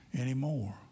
anymore